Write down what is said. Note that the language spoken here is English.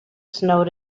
snowed